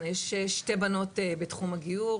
יש שתי בנות בתחום הגיור